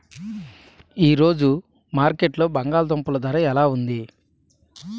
ఈ రోజు మార్కెట్లో బంగాళ దుంపలు ధర ఎలా ఉంది?